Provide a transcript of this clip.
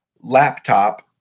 laptop